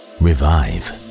revive